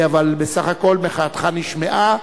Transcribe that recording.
אבל בסך הכול מחאתך נשמעה,